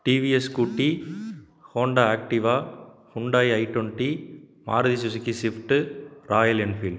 TVS scooty Honda Activa Hyundai I twenty Maruti Suzuki swift Royal Enfield